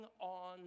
on